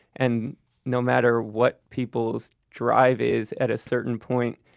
and no matter what people's drive is, at a certain point,